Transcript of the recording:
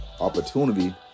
opportunity